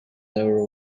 never